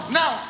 now